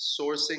sourcing